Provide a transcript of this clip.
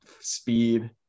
speed